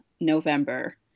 November